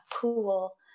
pool